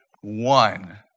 one